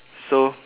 so